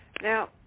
Now